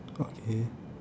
okay